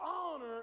honor